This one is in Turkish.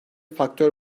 faktör